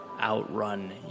outrun